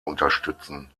unterstützen